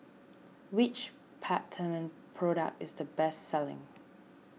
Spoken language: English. which Peptamen product is the best selling